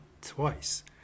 twice